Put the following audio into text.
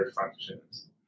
functions